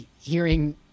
hearing